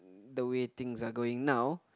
the way things are going now